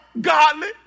godly